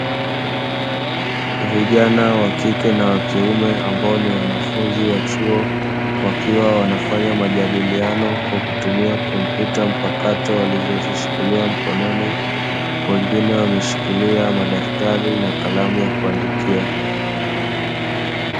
Vijana wa kike na wa kiume ambao ni wanafunzi wa chuo wakiwa wanafanya majadiliano kwa kutumia kompyuta mpakato walizozishikilia mkononi, wengine wameshikilia madaftari na kalamu ya kuandikia.